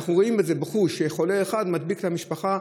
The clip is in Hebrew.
אנחנו רואים שחולה אחד מדביק את המשפחה,